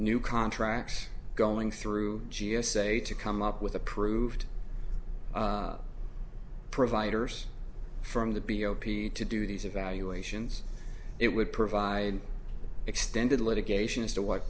new contracts going through g s a to come up with approved providers from the b o p to do these evaluations it would provide extended litigation as to what